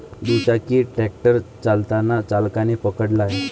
दुचाकी ट्रॅक्टर चालताना चालकाने पकडला आहे